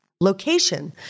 location